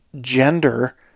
gender